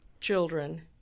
children